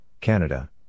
Canada